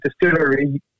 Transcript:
distillery